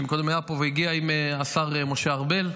שקודם היה פה והגיע עם השר משה ארבל.